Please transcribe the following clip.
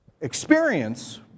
experience